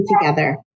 together